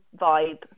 vibe